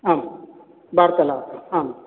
आं वार्तालापः आम्